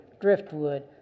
driftwood